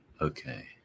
Okay